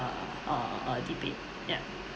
err debate ya